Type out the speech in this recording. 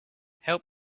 help